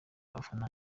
abafana